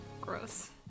Gross